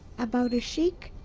about a sheik.